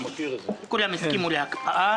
כולם הסכימו להקפאה.